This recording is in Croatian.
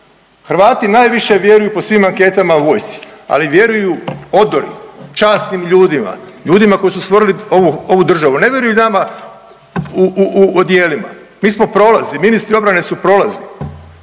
Hrvati najviše vjeruju po svim anketama vojsci, ali vjeruju odori, časnim ljudima, ljudima koji su stvorili ovu državu. Ne vjeruju nama u odijelima. Mi smo prolazni, ministri obrane su prolazni.